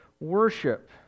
worship